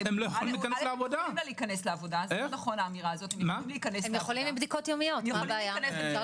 הם יכולים להיכנס לעבודה עם בדיקות פעמיים בשבוע.